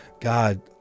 God